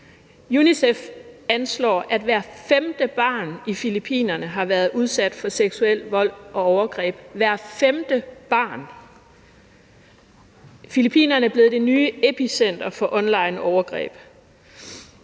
UNICEF anslår, at hvert femte barn i Filippinerne har været udsat for seksuel vold og overgreb – hvert femte barn. Filippinerne er blevet det nye epicenter for onlineovergreb.